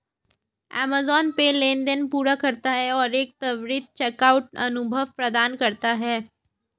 Amazon pay लेनदेन पूरा करता है और एक त्वरित चेकआउट अनुभव प्रदान करता है